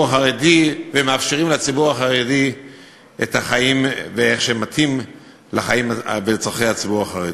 החרדי ומאפשרים לציבור החרדי את החיים שמתאימים לצורכי הציבור החרדי.